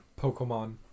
Pokemon